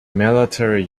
military